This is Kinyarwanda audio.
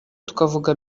tukavuga